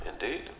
Indeed